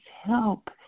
help